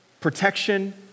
protection